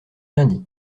lundi